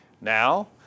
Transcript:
Now